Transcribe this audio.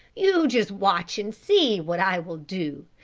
you just watch and see what i will do!